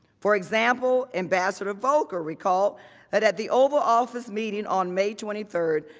for example, ambassador folder recalled that at the oval office meeting on may twenty three,